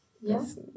yes